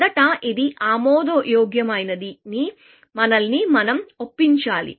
మొదట ఇది ఆమోదయోగ్యమైనది ని మనల్ని మనం ఒప్పించాలి